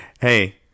hey